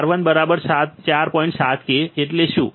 તો Rf 3